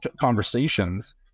conversations